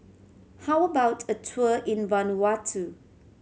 how about a tour in Vanuatu